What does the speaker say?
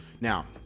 Now